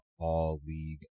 all-league